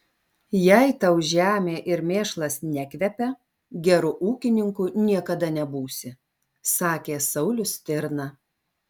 jei tau žemė ir mėšlas nekvepia geru ūkininku niekada nebūsi sakė saulius stirna